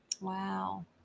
Wow